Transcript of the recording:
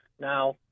Now